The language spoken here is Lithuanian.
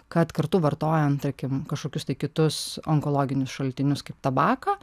kad kartu vartojant tarkim kažkokius tai kitus onkologinius šaltinius kaip tabaką